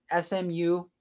SMU